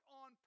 on